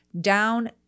down